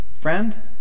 Friend